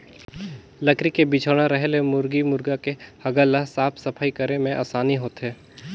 लकरी के बिछौना रहें ले मुरगी मुरगा के हगल ल साफ सफई करे में आसानी होथे